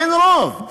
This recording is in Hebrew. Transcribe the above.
אין רוב.